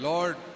Lord